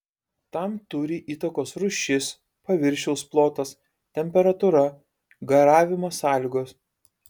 tam turi įtakos rūšis paviršiaus plotas temperatūra garavimo sąlygos